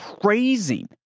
Praising